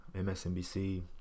MSNBC